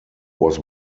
was